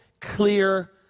clear